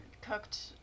cooked